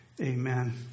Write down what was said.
amen